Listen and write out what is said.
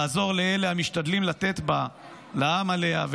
לעזור לאלה המשתדלים לתת "נשמה לעם עליה,